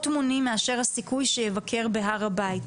מונים מאשר הסיכוי שיבקר בהר הבית.